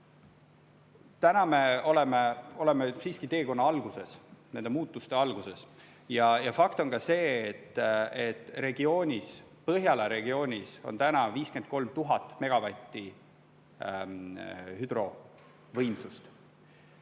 täna me oleme siiski teekonna alguses, nende muutuste alguses. Ja fakt on ka see, et Põhjala regioonis on täna 53 000 megavatti hüdrovõimsust.